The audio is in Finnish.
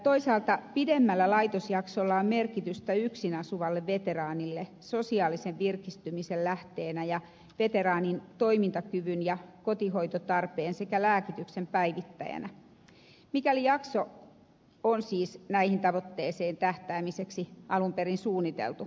toisaalta pidemmällä laitosjaksolla on merkitystä yksin asuvalle veteraanille sosiaalisen virkistymisen lähteenä ja veteraanin toimintakyvyn ja kotihoitotarpeen sekä lääkityksen päivittäjänä mikäli jakso on siis näihin tavoitteisiin tähtäämiseksi alun perin suunniteltu